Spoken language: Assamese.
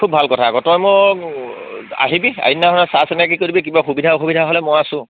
খুব ভাল কথা আগ তই মই আহিবি এদিনাখনে চা চিনাকি কি কৰিবি কিবা সুবিধা অসুবিধা হ'লে মই আছোঁ